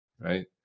right